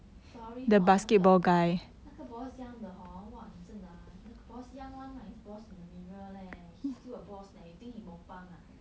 sorry hor 那个那个 boss yang 的 !wah! 你真的 ah 那个 the boss yang [one] right is boss in the mirror leh he's still a boss leh you think he mukbang ah